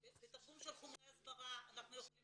בתרגום של חומרי הסברה אנחנו יכולים